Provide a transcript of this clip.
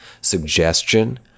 Suggestion